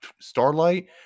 starlight